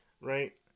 Right